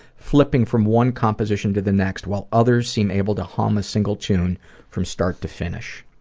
flipping from one composition to the next, while others seem able to hum a single tune from start to finish.